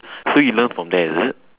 so you learn from there is it